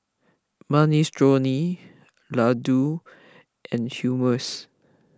Minestrone Ladoo and Hummus